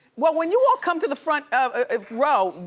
well, when you all come to the front um ah row,